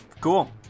cool